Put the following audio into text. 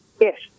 Yes